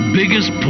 biggest